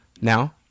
now